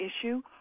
issue